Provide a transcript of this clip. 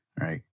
right